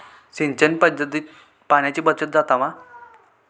सिंचन पध्दतीत पाणयाची बचत जाता मा?